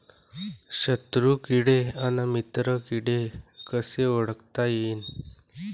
शत्रु किडे अन मित्र किडे कसे ओळखता येईन?